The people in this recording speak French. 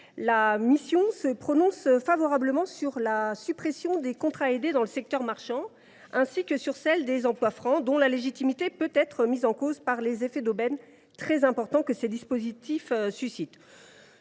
La commission se prononce favorablement sur la suppression des contrats aidés dans le secteur marchand, ainsi que sur celle des emplois francs, arguant que la légitimité de ces dispositifs peut être remise en cause par les effets d’aubaine très importants qu’ils suscitent.